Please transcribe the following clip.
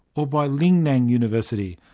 or by lingnan university,